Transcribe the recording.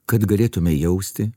kad galėtume jausti